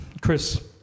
Chris